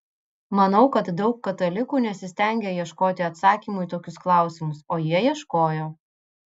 manau kad daug katalikų nesistengia ieškoti atsakymų į tokius klausimus o jie ieškojo